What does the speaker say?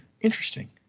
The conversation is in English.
Interesting